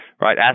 right